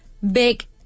big